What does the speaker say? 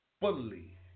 Fully